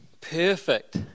perfect